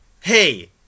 hey